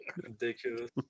Ridiculous